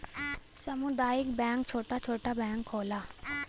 सामुदायिक बैंक छोटा छोटा बैंक होला